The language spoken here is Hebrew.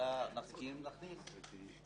ובמידה ונסכים, נכניס.